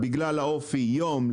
בגלל האופי יום,